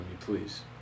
please